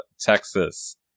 Texas